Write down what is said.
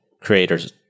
creators